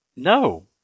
No